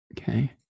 Okay